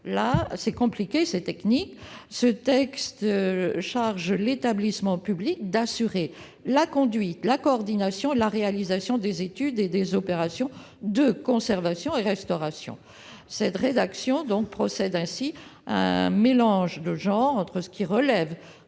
exigences de la maîtrise d'ouvrage. Le texte charge l'établissement public « d'assurer la conduite, la coordination et la réalisation des études et des opérations » de conservation et de restauration. Cette rédaction procède ainsi à un mélange des genres entre ce qui relève